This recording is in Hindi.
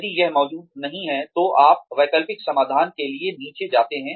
यदि यह मौजूद नहीं है तो आप वैकल्पिक समाधान के लिए नीचे जाते हैं